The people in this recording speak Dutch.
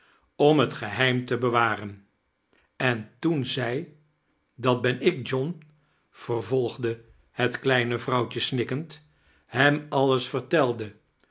om het geheim te bewaren en toen zij dat ben ik john vervolgde het kleine vrouwtje snikkend hem alles vertelde